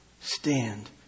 stand